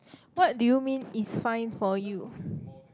what do you mean is fine for you